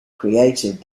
created